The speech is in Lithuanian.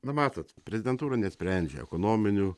na matot prezidentūra nesprendžia ekonominių